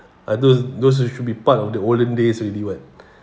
are those those should be part of the olden days already what